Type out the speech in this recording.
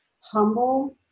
humble